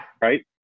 Right